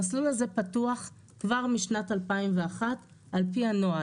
המסלול הזה פתוח כבר משנת 2001 על פי הנוהל.